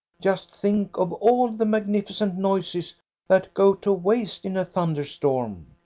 just think of all the magnificent noises that go to waste in a thunderstorm.